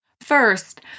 First